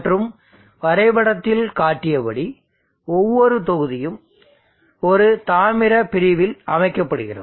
மற்றும் வரைபடத்தில் காட்டியபடி ஒவ்வொரு தொகுதியும் ஒரு தாமிரப் பிரிவில் அமைக்கப்படுகிறது